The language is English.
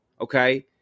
okay